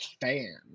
fan